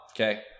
Okay